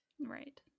Right